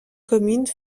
commune